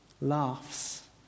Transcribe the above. laughs